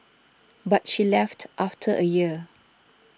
but she left after a year